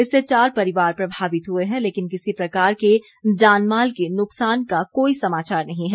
इससे चार परिवार प्रभावित हुए हैं लेकिन किसी प्रकार के जानमाल के नुकसान का कोई समाचार नहीं है